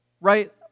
right